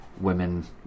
women